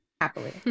happily